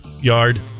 yard